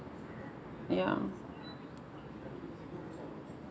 ya